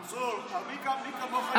מנסור, מי כמוך יודע,